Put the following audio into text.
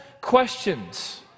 questions